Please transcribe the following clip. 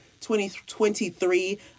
2023